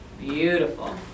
Beautiful